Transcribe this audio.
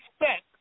expect